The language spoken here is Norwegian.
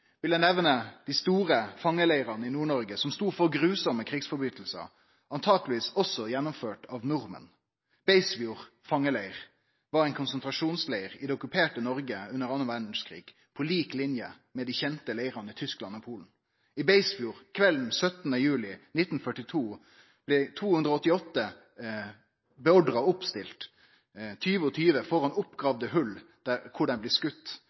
vil eg nemne dei store fangeleirane i Nord-Noreg, som stod for grufulle krigslovbrot, antakeleg også gjennomførte av nordmenn. Beisfjord fangeleir var ein konsentrasjonsleir i det okkuperte Noreg under den andre verdskrigen på lik linje med dei kjente leirane i Tyskland og Polen. I Beisfjord, kvelden 17. juli 1942, blei 288 fangar beordra til å ta oppstilling, 20 og 20, framfor oppgravne hòl der dei